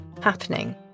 happening